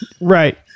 Right